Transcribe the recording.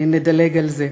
נדלג על זה.